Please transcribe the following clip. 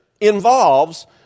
involves